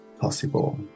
possible